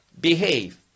behave